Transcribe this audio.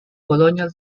colonial